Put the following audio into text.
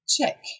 check